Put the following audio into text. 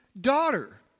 daughter